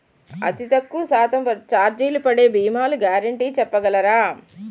అతి తక్కువ శాతం ఛార్జీలు పడే భీమాలు గ్యారంటీ చెప్పగలరా?